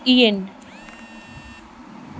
yen